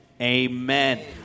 amen